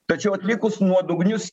tačiau atlikus nuodugnius